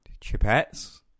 Chipettes